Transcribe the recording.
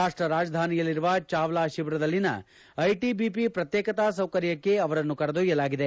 ರಾಷ್ಟ ರಾಜಧಾನಿಯಲ್ಲಿರುವ ಚಾವ್ಲಾ ಶಿಬಿರದಲ್ಲಿನ ಐಟಿಐಪಿ ಪ್ರತ್ಯೇಕತಾ ಸೌಕರ್ಯಕ್ಕೆ ಅವರನ್ನು ಕರೆದೊಯ್ಯಲಾಗಿದೆ